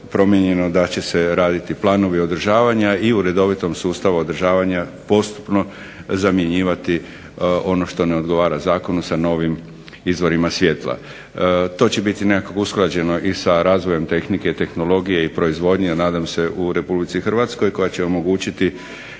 da će se raditi planovi održavanja i u redovitom sustavu održavanja postupno zamjenjivati ono što ne odgovara zakonu sa novim izvorima svjetla. To će biti usklađeno i sa razvojem tehnike, tehnologije i proizvodnje, nadam se u Republici Hrvatskoj, koja će omogućiti